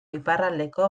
iparraldeko